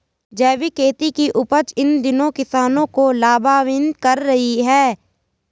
जैविक खेती की उपज इन दिनों किसानों को लाभान्वित कर रही है